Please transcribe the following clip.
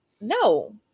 No